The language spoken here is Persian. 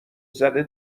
زده